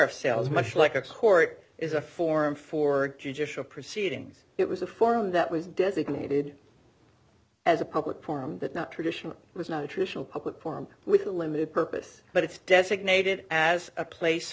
sales much like a court is a forum for judicial proceedings it was a forum that was designated as a public forum that not traditional was not a traditional public forum with a limited purpose but it's designated as a place